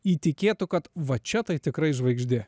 įtikėtų kad va čia tai tikrai žvaigždė